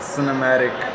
Cinematic